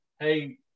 hey